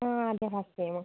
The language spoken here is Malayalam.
ആ അതെ ഫസ്റ്റ് ടൈം ആണ്